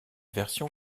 version